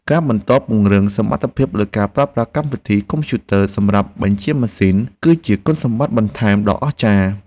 ការបន្តពង្រឹងសមត្ថភាពលើការប្រើប្រាស់កម្មវិធីកុំព្យូទ័រសម្រាប់បញ្ជាម៉ាស៊ីន គឺជាគុណសម្បត្តិបន្ថែមដ៏អស្ចារ្យ។